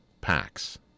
packs